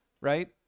right